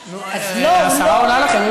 לא, הוא לא, השרה עונה לכם.